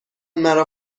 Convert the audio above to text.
مرا